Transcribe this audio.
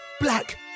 black